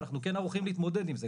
אנחנו כן ערוכים להתמודד עם זה,